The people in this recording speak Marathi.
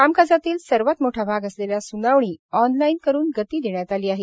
कामकाजातील सर्वात मोठा भाग असलेल्या स्नावणी ऑनलाईन करून गती देण्यात आली आहे